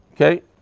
Okay